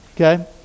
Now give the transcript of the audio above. Okay